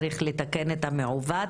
צריך לתקן את המעוות,